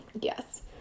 Yes